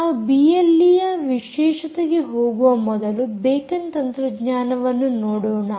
ನಾವು ಬಿಎಲ್ಈಯ ವಿಶೇಷತೆಗೆ ಹೋಗುವ ಮೊದಲು ಬೇಕನ್ ತಂತ್ರಜ್ಞಾನವನ್ನು ನೋಡೋಣ